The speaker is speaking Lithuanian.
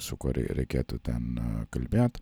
su kuria reikėtų ten kalbėt